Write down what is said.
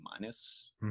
minus